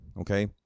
okay